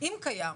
אם קיים,